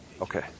Okay